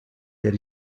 der